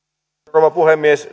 rouva puhemies